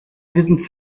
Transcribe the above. didn’t